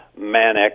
manic